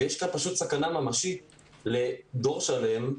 יש כאן סכנה ממשית לדור שלם,